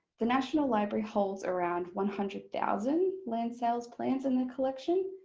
the national library holds around one hundred thousand land sales plans in the collection.